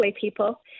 people